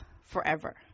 forever